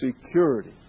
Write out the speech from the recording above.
security